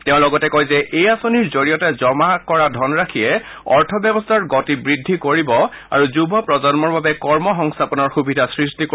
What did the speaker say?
তেওঁ লগতে কয় যে এই আঁচনিৰ জৰিয়তে জমা কৰা ধনৰাশিয়ে অৰ্থ ব্যৰস্থাৰ গতি বৃদ্ধি কৰিব আৰু যুৱ প্ৰজন্মৰ বাবে কৰ্ম সংস্থাপনৰ সুবিধা সৃষ্টি কৰিব